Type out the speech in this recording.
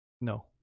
No